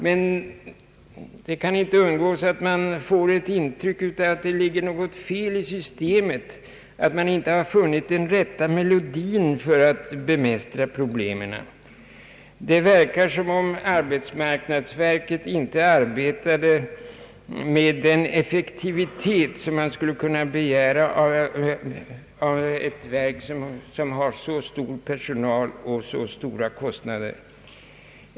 Men man kan inte undgå att få ett intryck av att det ligger något fel i systemet, att man inte har funnit rätt melodi för att bemästra problemen. Det verkar som om arbetsmarknadsverket inte arbetade med den effektivitet som man skulle kunna begära av ett verk som har så stor personal och drar så stora kostnader som detta verk gör.